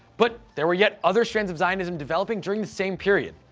but there were yet other strains of zionism developing during the same period.